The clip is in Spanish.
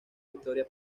victoria